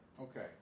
Okay